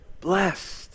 Blessed